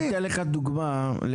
אני אתן לך דוגמה לחשיבה,